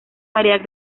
variedad